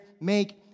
make